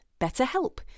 BetterHelp